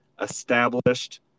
established